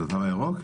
את התו הירוק?